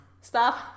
Stop